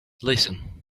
listen